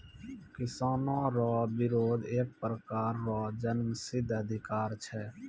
किसानो रो बिरोध एक प्रकार रो जन्मसिद्ध अधिकार छै